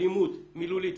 אלימות מילולית,